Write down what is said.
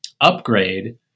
upgrade